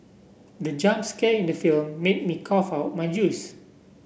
the jump scare in the film made me cough out my juice